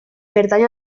pertany